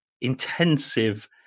intensive